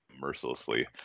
mercilessly